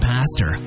Pastor